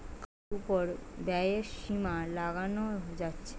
কার্ডের উপর ব্যয়ের সীমা লাগানো যাচ্ছে